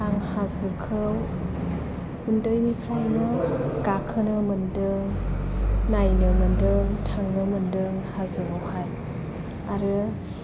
आं हाजोखौ उन्दैनिफ्रायनो गाखोनो मोनदों नायनो मोनदों थांनो मोनदों हाजोआवहाय आरो